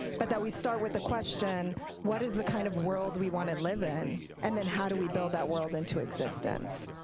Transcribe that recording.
but that we start with the question what is the kind of world we want to live in? and then how do we build that world into existence.